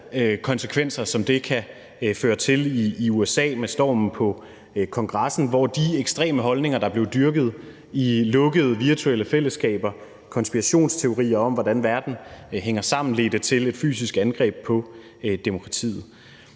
konsekvenser, som det kan have, i USA med stormen på Kongressen, hvor de ekstreme holdninger, der blev dyrket i lukkede virtuelle fællesskaber – konspirationsteorier om, hvordan verden hænger sammen – ledte til et fysisk angreb på demokratiet.